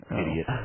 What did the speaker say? idiot